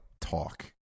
talk